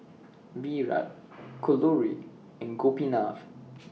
Virat Kalluri and Gopinath